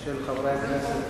של חברי הכנסת